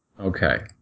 Okay